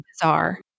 bizarre